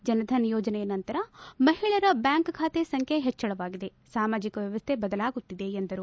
ಜನ್ಧನ್ ಯೋಜನೆ ನಂತರ ಮಹಿಳೆಯರ ಬ್ಲಾಂಕ್ ಖಾತೆ ಸಂಖ್ಯೆ ಹೆಚ್ಲಳವಾಗಿದೆ ಸಾಮಾಜಿಕ ವ್ಲವಸ್ಥೆ ಬದಲಾಗುತ್ತಿದೆ ಎಂದರು